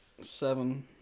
seven